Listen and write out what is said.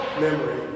memory